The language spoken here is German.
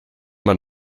man